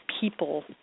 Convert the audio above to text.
people